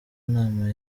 nama